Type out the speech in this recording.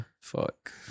Fuck